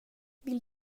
vill